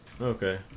Okay